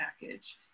package